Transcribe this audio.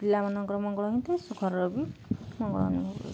ପିଲାମାନଙ୍କର ମଙ୍ଗଳ ହେଇଥାଏ ସୁଖରର ବି ମଙ୍ଗଳ